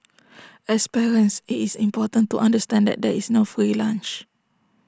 as parents IT is important to understand that there is no free lunch